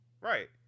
Right